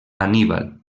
anníbal